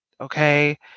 okay